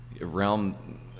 realm